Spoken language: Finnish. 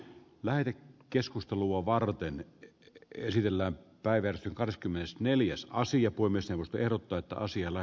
väite keskustelua varten käsitellään päivän kahdeskymmenesneljäs aasian puimista mutta ero taitaa siellä